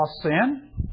sin